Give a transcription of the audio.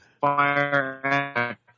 fire